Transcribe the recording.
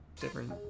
different